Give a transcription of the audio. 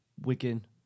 Wigan